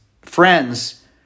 friends